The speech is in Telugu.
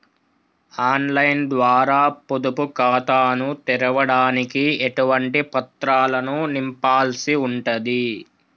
ఆన్ లైన్ ద్వారా పొదుపు ఖాతాను తెరవడానికి ఎటువంటి పత్రాలను నింపాల్సి ఉంటది?